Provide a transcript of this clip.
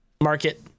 market